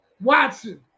Watson